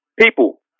people